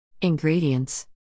Ingredients